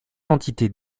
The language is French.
entités